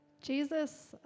Jesus